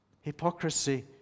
Hypocrisy